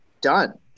done